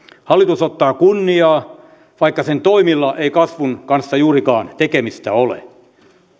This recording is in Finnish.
hallitus ottaa kunniaa vaikka sen toimilla ei kasvun kanssa juurikaan tekemistä ole